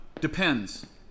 Depends